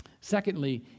secondly